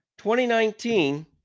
2019